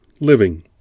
living